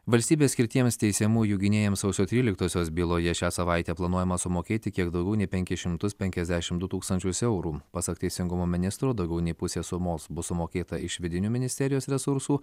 valstybės skirtiems teisiamųjų gynėjams sausio tryliktosios byloje šią savaitę planuojama sumokėti kiek daugiau nei penkis šimtus penkiasdešimt du tūkstančius eurų pasak teisingumo ministro daugiau nei pusė sumos bus sumokėta iš vidinių ministerijos resursų